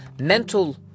mental